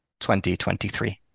2023